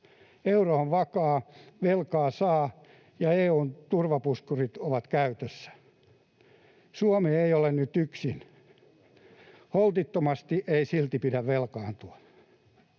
Euro on vakaa, velkaa saa, ja EU:n turvapuskurit ovat käytössä. Suomi ei ole nyt yksin. Holtittomasti ei silti pidä velkaantua.